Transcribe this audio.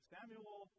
Samuel